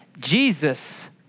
Jesus